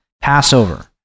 Passover